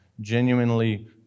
genuinely